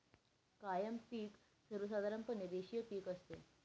कायम पिक सर्वसाधारणपणे रेषीय पिक असते